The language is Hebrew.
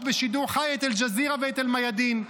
בשידור חי את אל-ג'זירה ואת אל-מיאדין.